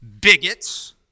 bigots